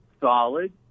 solid